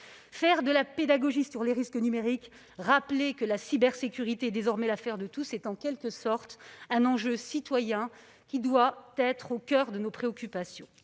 une pédagogie sur les risques numériques, rappeler que la cybersécurité est désormais l'affaire de tous, tout cela relève, en quelque sorte, d'un enjeu citoyen qui doit être au coeur de nos préoccupations.